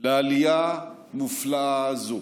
לעלייה מופלאה זו.